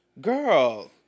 Girl